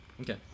Okay